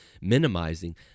minimizing